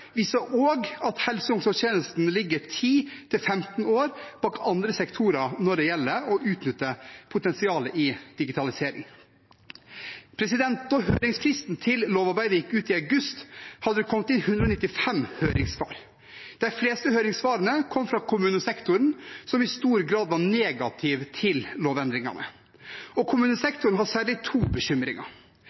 viser også at helse- og omsorgstjenesten ligger 10–15 år bak andre sektorer når det gjelder å utnytte potensialet i digitalisering. Da høringsfristen til lovarbeidet gikk ut i august, hadde det kommet inn 195 høringssvar. De fleste høringssvarene kom fra kommunesektoren, som i stor grad var negativ til lovendringene. Kommunesektoren hadde særlig to bekymringer.